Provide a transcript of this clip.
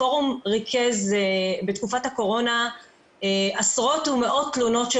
הפורום ריכז בתקופת הקורונה עשרות ומאות תלונות של